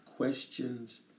questions